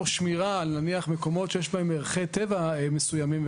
שמירה במקומות שיש ערכי טבע מסוימים,